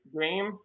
game